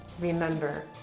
Remember